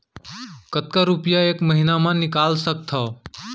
कतका रुपिया एक महीना म निकाल सकथव?